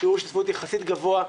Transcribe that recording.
שיעור השתתפות יחסית גבוה.